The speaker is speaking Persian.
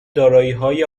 داراییهای